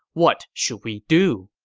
what should we do?